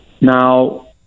now